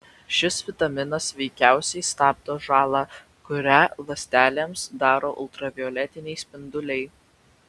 šis vitaminas veikiausiai stabdo žalą kurią ląstelėms daro ultravioletiniai spinduliai